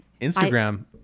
Instagram